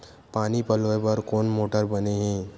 पानी पलोय बर कोन मोटर बने हे?